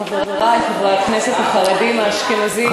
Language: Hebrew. חברי חברי הכנסת החרדים האשכנזים,